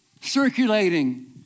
circulating